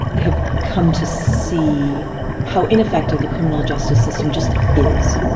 have come to see how ineffective the criminal justice system just is.